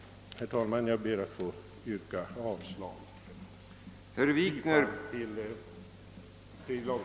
Herr talman! Jag ber att få yrka bifall till utskottets hemställan.